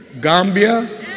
Gambia